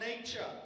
nature